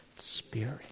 Spirit